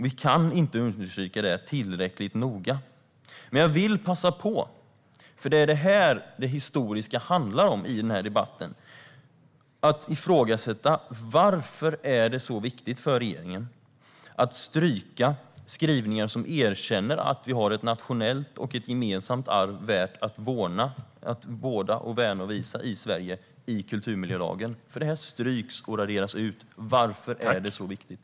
Vi kan inte understryka det tillräckligt noga. Jag vill passa på att säga något. Det gäller vad det historiska handlar om i debatten och att ifrågasätta. Varför är det så viktigt för regeringen att stryka skrivningar i kulturmiljölagen som erkänner att vi har ett nationellt och gemensamt arv värt att vårda, värna och visa i Sverige? Det stryks och raderas ut. Varför är det så viktigt?